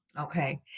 Okay